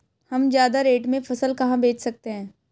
हम ज्यादा रेट में फसल कहाँ बेच सकते हैं?